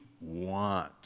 want